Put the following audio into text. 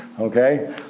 okay